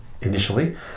initially